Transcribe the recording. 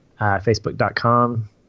facebook.com